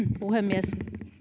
puhemies